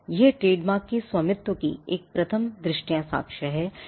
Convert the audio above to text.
यह ट्रेडमार्क के स्वामित्व की एक प्रथम दृष्टया साक्ष्य है